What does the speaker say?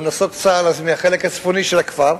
נסוג צה"ל אז מהחלק הצפוני של הכפר.